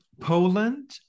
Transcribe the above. Poland